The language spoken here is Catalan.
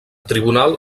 tribunal